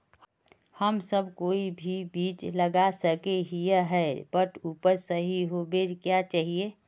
हम सब कोई भी बीज लगा सके ही है बट उपज सही होबे क्याँ चाहिए?